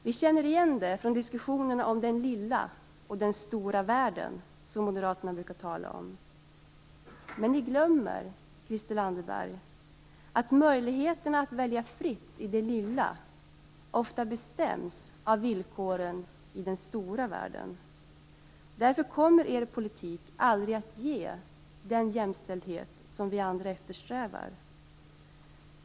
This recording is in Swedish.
Vi känner igen det från diskussionerna om "den lilla" och "den stora" världen som Moderaterna brukar tala om. Men ni glömmer, Christel Anderberg, att möjligheterna att välja fritt i det lilla ofta bestäms av villkoren i den stora världen. Därför kommer er politik aldrig att ge den jämställdhet som vi andra eftersträvar.